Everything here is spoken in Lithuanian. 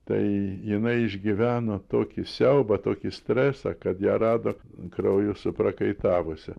tai jinai išgyveno tokį siaubą tokį stresą kad ją rado krauju suprakaitavusią